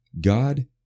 God